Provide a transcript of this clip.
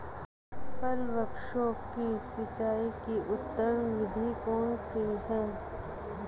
फल वृक्षों की सिंचाई की उत्तम विधि कौन सी है?